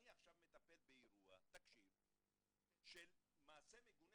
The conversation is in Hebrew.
אני עכשיו מטפל באירוע, תקשיב, של מעשה מגונה